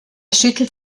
schüttelt